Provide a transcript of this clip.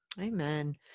amen